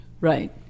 Right